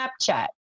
Snapchat